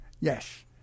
Yes